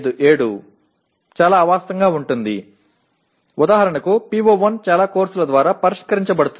எடுத்துக்காட்டாக PO1 பெரும்பாலான பாடங்களால் விவரிக்கப்படுகிறது